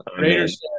Raiders